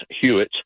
Hewitt